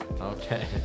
Okay